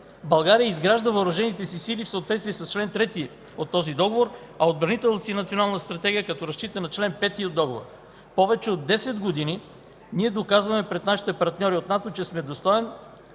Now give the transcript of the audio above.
България изгражда въоръжените си сили в съответствие с чл. 3 от този Договор, а отбранителната си национална стратегия, като разчита на чл. 5 от Договора. Повече от десет години ние доказваме пред нашите партньори от НАТО, че сме достоен,